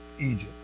Egypt